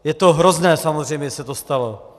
Je to hrozné samozřejmě, že se to stalo.